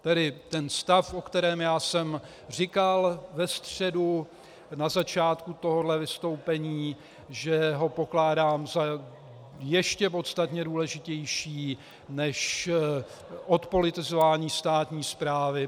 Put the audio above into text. Tedy ten stav, o kterém já jsem říkal ve středu na začátku tohoto vystoupení, že ho pokládám za ještě podstatně důležitější než odpolitizování státní správy.